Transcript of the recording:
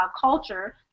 culture